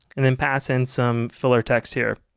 and then pass in some filler text here.